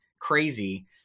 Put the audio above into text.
crazy